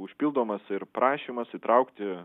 užpildomas ir prašymas įtraukti